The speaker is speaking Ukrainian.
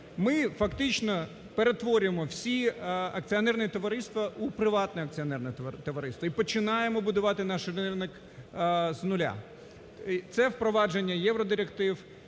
Ми фактично перетворюємо всі акціонерні товариства у приватне акціонерне товариство, і починаємо будувати наш ринок з нуля. Це впровадження євродиректив,